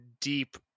deep